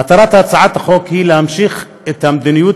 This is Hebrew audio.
מטרת הצעת החוק היא להמשיך את המדיניות